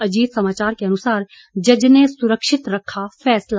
अजीत समाचार के अनुसार जज ने सुरक्षित रखा फैसला